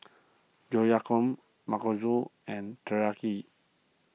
Oyakodon and Teriyaki